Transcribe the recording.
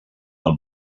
del